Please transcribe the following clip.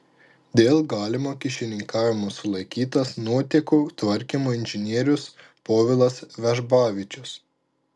dėl galimo kyšininkavimo sulaikytas nuotėkų tvarkymo inžinierius povilas vežbavičius